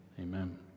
Amen